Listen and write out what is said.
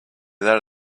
that